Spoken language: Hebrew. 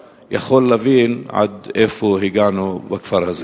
הוא יכול להבין עד איפה הגענו בכפר הזה.